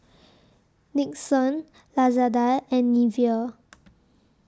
Nixon Lazada and Nivea